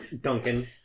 Duncan